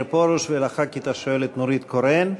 פרוש ולחברת הכנסת השואלת נורית קורן.